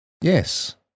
Yes